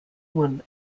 one